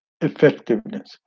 effectiveness